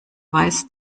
weiß